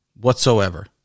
whatsoever